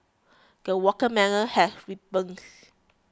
the watermelon has ripens